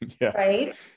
right